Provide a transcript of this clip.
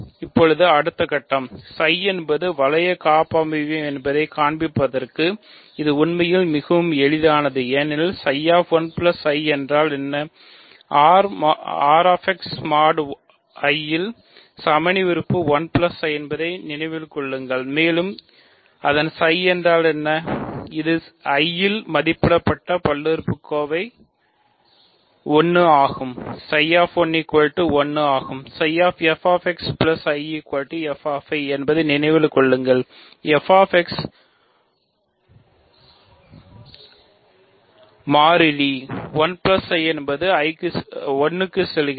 இப்போது அடுத்த கட்டம் ψ என்பது வளைய காப்பமைவியம் மாறிலி 1 I என்பது 1 க்கு செல்கிறது